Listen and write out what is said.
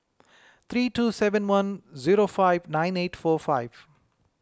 three two seven one zero five nine eight four five